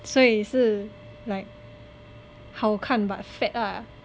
所以 like 好看 but fat ah